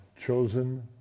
Chosen